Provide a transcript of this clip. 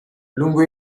lungo